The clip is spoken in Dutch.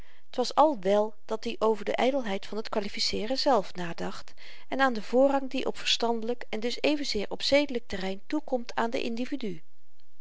t was al wèl dat-i over de ydelheid van t kwalificeeren zelf nadacht en aan den voorrang die op verstandelyk en dus evenzeer op zedelyk terrein toekomt aan den individu